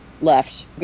left